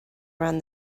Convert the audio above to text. around